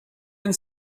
and